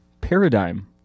Paradigm